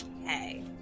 Hey